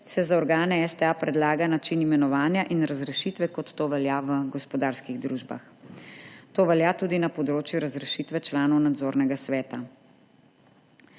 se za organe STA predlaga način imenovanja in razrešitve, kot to velja v gospodarskih družbah. To velja tudi na področju razrešitve članov Nadzornega sveta.